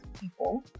people